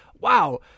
Wow